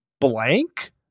Blank